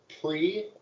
pre